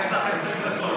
יש לך עשר דקות.